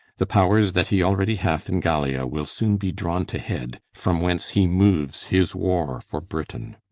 the pow'rs that he already hath in gallia will soon be drawn to head, from whence he moves his war for britain.